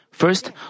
First